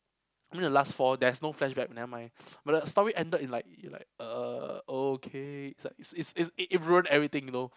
then the last four there's no flashback nevermind but the story ended it like it like uh okay it's a it's it ruin everything you know